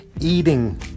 eating